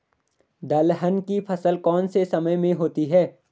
दलहन की फसल कौन से समय में होती है?